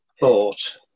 thought